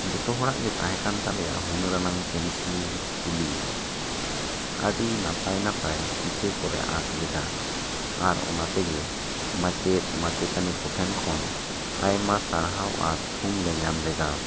ᱡᱚᱛᱚ ᱦᱚᱲᱟᱜ ᱜᱮ ᱛᱟᱦᱮᱸ ᱠᱟᱱ ᱛᱟᱞᱮᱭᱟ ᱦᱩᱱᱟᱹᱨᱟᱱᱟᱝ ᱯᱮᱱᱥᱤᱞ ᱛᱷᱚᱞᱤ ᱟᱹᱰᱤ ᱱᱟᱯᱟᱭ ᱱᱟᱯᱟᱭ ᱪᱤᱛᱟᱹᱨ ᱠᱚᱞᱮ ᱟᱸᱠ ᱞᱮᱫᱟ ᱟᱨ ᱚᱱᱟ ᱛᱮᱜᱮ ᱢᱟᱪᱮᱫ ᱢᱟᱪᱮᱛᱟᱱᱤ ᱠᱚᱴᱷᱮᱱ ᱠᱷᱚᱱ ᱟᱭᱢᱟ ᱥᱟᱨᱦᱟᱣ ᱟᱨ ᱛᱷᱩᱢ ᱞᱮ ᱧᱟᱢ ᱞᱮᱫᱟ